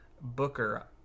Booker